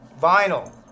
vinyl